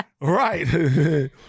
Right